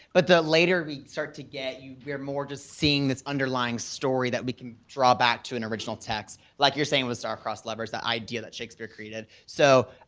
but the later we start to get you we're more just seeing this underlying story that we can draw back to an original text, like you're saying with star-crossed lovers, the idea that shakespeare created. so,